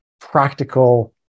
practical